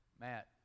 Matt